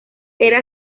era